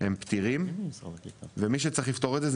הם פתירים ומי שצריך לפתור את זה הוא